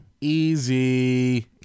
Easy